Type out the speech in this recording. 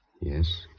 Yes